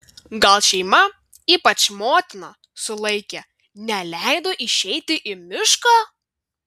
gal šeima ypač motina sulaikė neleido išeiti į mišką